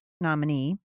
nominee